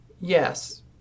yes